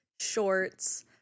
shorts